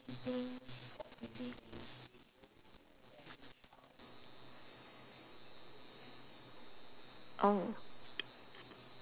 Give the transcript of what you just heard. oh